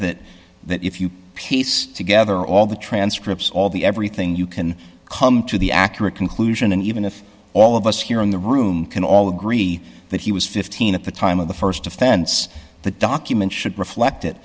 that that if you piece together all the transcripts all the everything you can come to the accurate conclusion and even if all of us here in the room can all agree that he was fifteen at the time of the st offense the document should reflect that